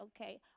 okay